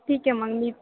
ठीक आहे मग मी